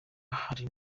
hari